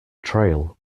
trail